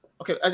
Okay